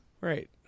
Right